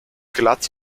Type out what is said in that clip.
glatt